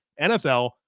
NFL